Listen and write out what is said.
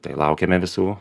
tai laukiame visų